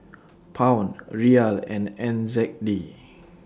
Pound Riyal and N Z D